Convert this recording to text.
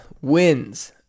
wins